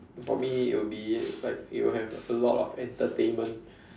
for me it will be like it will have a lot of entertainment